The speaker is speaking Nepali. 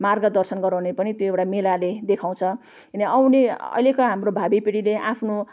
मार्गदर्शन गराउने पनि त्यो एउटा मेलाले देखाउँछ अनि आउने अहिलेका हाम्रो भावी पिढीले आफ्नो